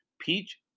Peach